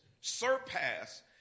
surpass